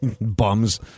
bums